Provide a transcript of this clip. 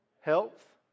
health